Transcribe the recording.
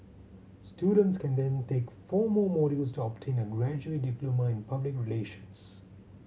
students can then take four more modules to obtain a graduate diploma in public relations